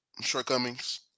shortcomings